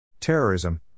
Terrorism